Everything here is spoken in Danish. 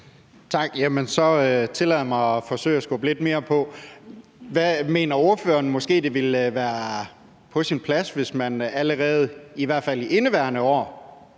Tak. Men så tillader jeg mig at forsøge at skubbe lidt mere på. Mener ordføreren måske, at det ville være på sin plads, hvis man i hvert fald allerede i indeværende år,